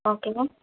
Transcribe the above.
okay